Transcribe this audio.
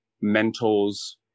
mentors